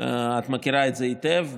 את מכירה את זה היטב.